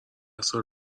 سال